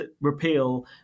repeal